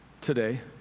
today